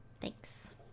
thanks